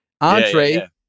entree